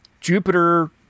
Jupiter